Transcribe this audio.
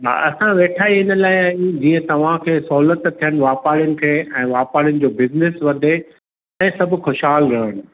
हा असां वेठा ई इन लाइ आहियूं जीअं तव्हां खे सहूलियत थियन वापारियुन खे ऐं वापारियुन जो बिज़निस वधे ऐं सभु ख़ुशहाल रहन